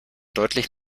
deutlich